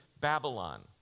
Babylon